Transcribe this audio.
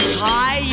hi